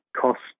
cost